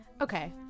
Okay